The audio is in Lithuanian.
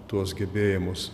tuos gebėjimus